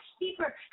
deeper